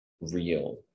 real